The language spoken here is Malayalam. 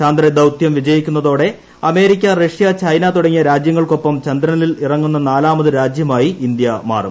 ചാന്ദ്രദൌത്യം വിജയിക്കുന്നതോടെ അമേരിക്ക റഷ്യ ചൈന തുടങ്ങിയ രാജൃങ്ങൾക്കൊപ്പം ചന്ദ്രനിൽ ഇറങ്ങുന്ന നാലാമത് രാജ്യമായി ഇന്ത്യ മാറും